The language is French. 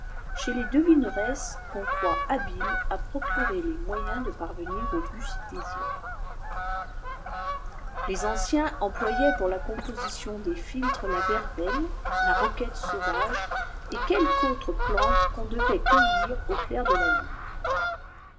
cez les devineresses ço croit habiles à procurer les nsoyens de parvepir au but si désirée les anciens employaient pour composition des philtres la verveûm la roquette sauvage et quelciues aotires plantes qu'on devait caeitti au clair de la lune